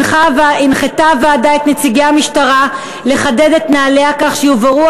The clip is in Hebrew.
הנחתה הוועדה את נציגי המשטרה לחדד את נהליה כך שיובהרו